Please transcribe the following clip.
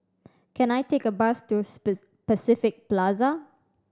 can I take a bus to Pacific Plaza